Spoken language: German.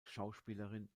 schauspielerin